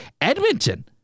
Edmonton